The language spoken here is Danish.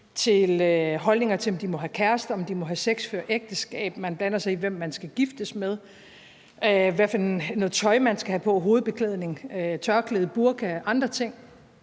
til holdninger til, om de må have kærester, og om de må have sex før ægteskabet, og man blander sig i, hvem de skal giftes med, hvad for noget tøj de skal have på og hvilken hovedbeklædning, tørklæde, burka og andre ting.